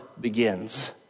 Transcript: begins